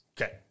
Okay